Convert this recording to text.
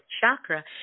chakra